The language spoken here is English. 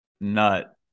nut